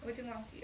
我已经忘记了